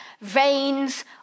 veins